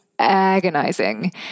agonizing